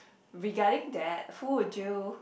regarding that who would you